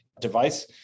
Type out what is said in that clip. device